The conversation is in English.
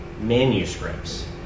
manuscripts